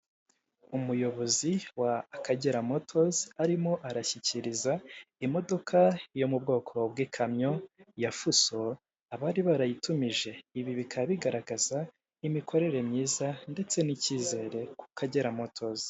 Umuyobozi wa akagera motozi arimo arashyikiriza imodoka yo mu bwoko bw'ikamyo ya fuso abari barayitumije ibi bikaba bigaragaza imikorere myiza ndetse n'icyizere ku kagera motozi.